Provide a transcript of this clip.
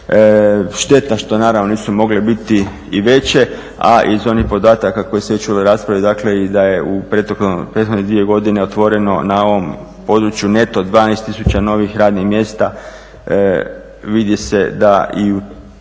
Šteta što naravno nisu mogle biti i veće, a iz onih podataka koje ste već čuli u raspravi dakle da je u prethodne dvije godine otvoreno na ovom području neto 12 tisuća novih radnih mjesta vidi se da i u